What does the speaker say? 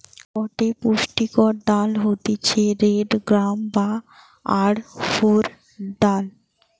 গটে পুষ্টিকর ডাল হতিছে রেড গ্রাম বা অড়হর ডাল